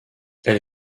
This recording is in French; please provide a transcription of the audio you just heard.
elle